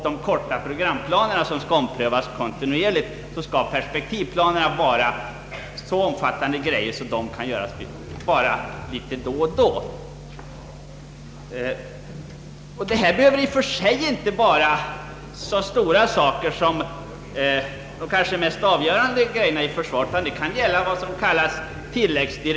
De kortsiktiga programplanerna skall också göras kontinuerligt, för en årlig framrullning med ett år. Perspektivplanerna är så omfattande att de endast kan omarbetas då och då. Men det behöver i och för sig inte vara fråga om de stora avgörande sakerna i vårt försvar, utan det kan t.ex. gälla vad som kallas tilläggskrav.